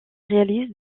réalise